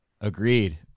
Agreed